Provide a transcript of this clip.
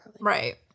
right